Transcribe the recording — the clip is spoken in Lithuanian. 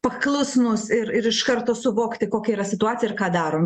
paklusnūs ir ir iš karto suvokti kokia yra situacija ir ką darom